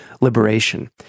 liberation